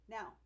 Now